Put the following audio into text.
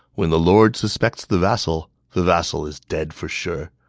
when the lord suspects the vassal, the vassal is dead for sure.